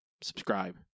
subscribe